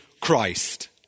Christ